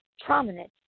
prominent